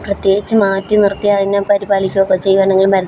പ്രത്യേകിച്ച് മാറ്റിനിർത്തി അതിനെ പരിപാലിക്കുകയൊക്കെ ചെയ്യുകയാണെങ്കിൽ മരുന്നും